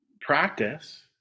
practice